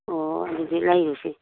ꯑꯣ ꯑꯗꯨꯗꯤ ꯂꯩꯔꯨꯁꯤ